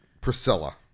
Priscilla